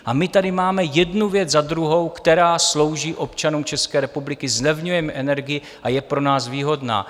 A my tady máme jednu věc za druhou, která slouží občanům České republiky, zlevňujeme energii a je pro nás výhodná.